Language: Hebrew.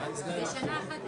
יש ארבע הערות לנוסח.